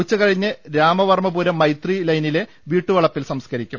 ഉച്ചകഴിഞ്ഞ് രാമവർമപുരം മൈത്രി ലൈനിലെ വീട്ടു വളപ്പിൽ സംസ്കരിക്കും